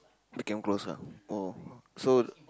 became close ah oh so